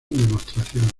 demostraciones